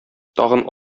тагын